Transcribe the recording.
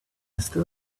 still